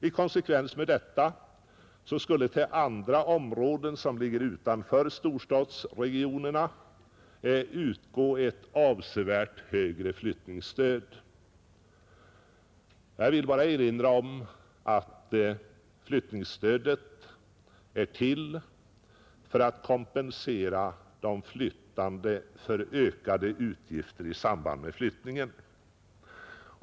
I konsekvens härmed skulle till områden utanför storstadsregionerna utgå ett avsevärt högre flyttningsstöd. Jag vill där erinra om att flyttningsstödet är till för att kompensera de flyttande för ökade utgifter i samband med flyttningen.